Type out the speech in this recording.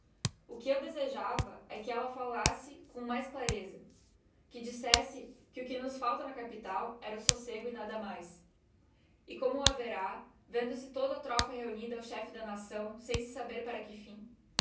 o que eu desejava é que ella fallasse com mais clareza que dissesse que o que nos faltava na capital era o socego e nada mais e como o haverá vendo-se todo a tropa reunida ao chefe da nação sem se saber para que fim